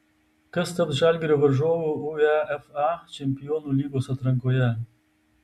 kas taps žalgirio varžovu uefa čempionų lygos atrankoje